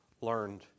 learned